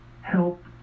help